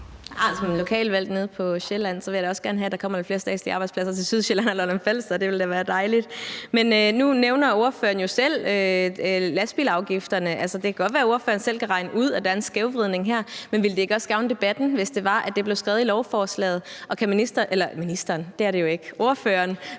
lokalt valgt nede på Sjælland vil jeg da også gerne have, at der kommer lidt flere statslige arbejdspladser til Sydsjælland og Lolland-Falster. Det ville da være dejligt. Men nu nævner ordføreren jo selv lastbilafgifterne. Altså, det kan godt være, ordføreren selv kan regne ud, at der er en skævvridning her, men ville det ikke også gavne debatten, hvis det var, at det blev skrevet i lovforslaget? Og kan ordføreren bekræfte, at landdistriktsfilteret jo ikke bliver